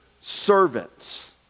servants